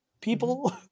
people